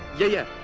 yeah, yeah.